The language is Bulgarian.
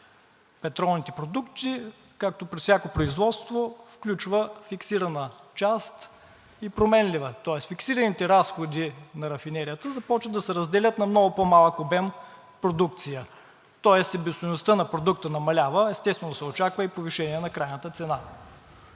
петролните продукти както при всяко производство включва фиксирана част и променлива, тоест фиксираните разходи на рафинерията започват да се разделят на много по-малък обем продукция, тоест себестойността на продукта намалява, естествено, се очаква и повишение на крайната цена.